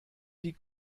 die